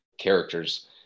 characters